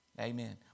amen